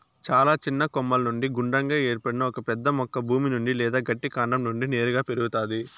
చాలా చిన్న కొమ్మల నుండి గుండ్రంగా ఏర్పడిన ఒక పెద్ద మొక్క భూమి నుండి లేదా గట్టి కాండం నుండి నేరుగా పెరుగుతాది